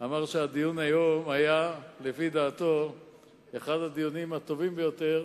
שהדיון היום היה לפי דעתו אחד הדיונים הטובים ביותר